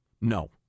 No